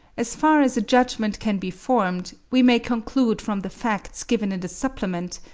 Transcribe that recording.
as far as a judgment can be formed, we may conclude from the facts given in the supplement,